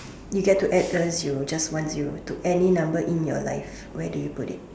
you get to add a zero just one zero to any number in your life where do you put it